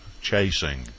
chasing